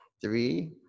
Three